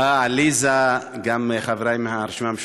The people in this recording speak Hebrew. לעליזה וגם לחברי מהרשימה המשותפת,